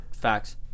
Facts